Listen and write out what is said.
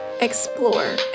explore